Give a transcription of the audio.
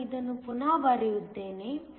ಆದ್ದರಿಂದ ನಾನು ಇದನ್ನು ಪುನಃ ಬರೆಯುತ್ತೇನೆ